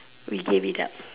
we gave it up